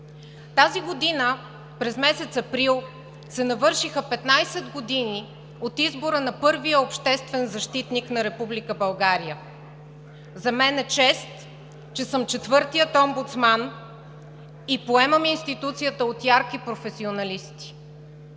Тази година през месец април се навършиха 15 години от избора на първия обществен защитник на Република България. За мен е чест, че съм четвъртият омбудсман и поемам институцията от ярки професионалисти.